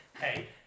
Hey